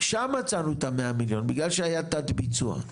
שם מצאנו את ה-100 מיליון בגלל שהיה תת ביצוע.